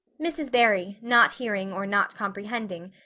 mrs. barry, not hearing or not comprehending,